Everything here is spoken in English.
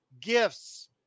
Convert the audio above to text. gifts